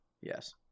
Yes